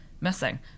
missing